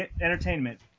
entertainment